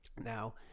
now